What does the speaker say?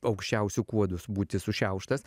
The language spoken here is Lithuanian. aukščiausiu kuodu būti sušiauštas